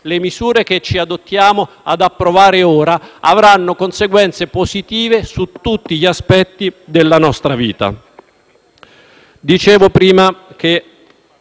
le misure che ci apprestiamo ad approvare ora avranno conseguenze positive su tutti gli aspetti della nostra vita.